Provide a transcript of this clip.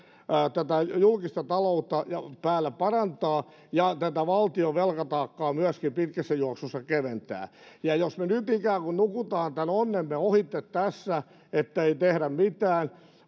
tätä julkista taloutta täällä parantaa ja valtion velkataakkaa myöskin pitkässä juoksussa keventää jos me nyt ikään kuin nukumme onnemme ohitse tässä niin että ei tehdä mitään